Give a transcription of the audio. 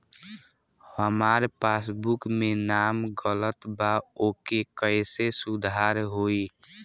हमार पासबुक मे नाम गलत बा ओके कैसे सुधार होई?